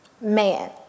man